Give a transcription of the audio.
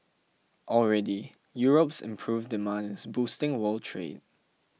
already Europe's improved demand is boosting world trade